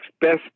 best